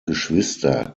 geschwister